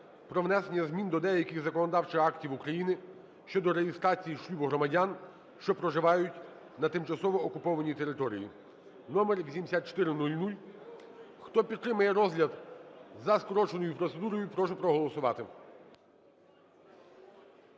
про внесення змін до деяких законодавчих актів України щодо реєстрації шлюбу громадян, що проживають на тимчасово окупованій території (номер 8400). Хто підтримує розгляд за скороченою процедурою, прошу проголосувати.